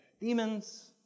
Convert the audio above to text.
demons